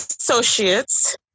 associates